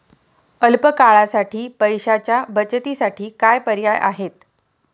अल्प काळासाठी पैशाच्या बचतीसाठी काय पर्याय आहेत?